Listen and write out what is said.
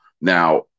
Now